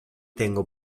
tengo